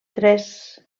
tres